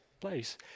place